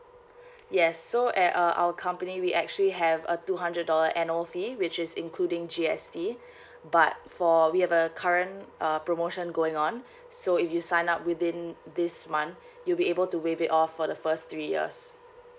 yes so at uh our company we actually have a two hundred dollar annual fee which is including G_S_T but for we have a current uh promotion going on so if you sign up within this month you'll be able to waive it off for the first three years